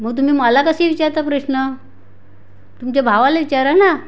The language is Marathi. मग तुम्ही मला कसे विचारता प्रश्न तुमच्या भावाला विचारा ना